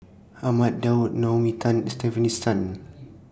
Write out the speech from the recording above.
Ahmad Daud Naomi Tan and Stefanie Sun